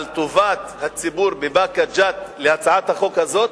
על טובת הציבור בבאקה ג'ת בהצעת החוק הזאת